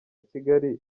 kigali